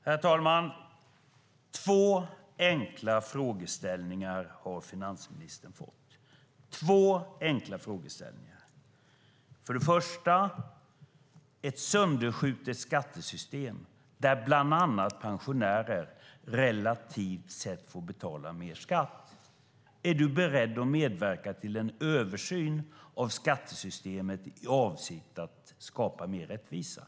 Herr talman! Två enkla frågeställningar har finansministern fått. Den första gäller ett sönderskjutet skattesystem, där bland annat pensionärer relativt sett får betala mer skatt. Är du beredd att medverka till en översyn av skattesystemet i avsikt att skapa mer rättvisa?